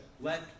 let